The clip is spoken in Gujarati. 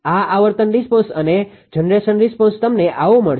આ આવર્તન રિસ્પોન્સ અને જનરેશન રિસ્પોન્સ તમને આવો મળશે